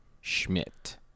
Schmidt